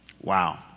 Wow